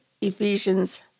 Ephesians